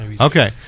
Okay